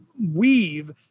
weave